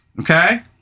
okay